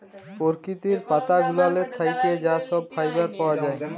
পরকিতির পাতা গুলালের থ্যাইকে যা ছব ফাইবার পাউয়া যায়